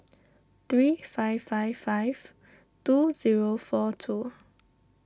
three five five five two zero four two